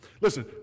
Listen